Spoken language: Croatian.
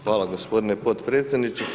Hvala gospodine podpredsjedniče.